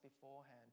beforehand